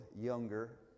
younger